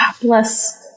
Bless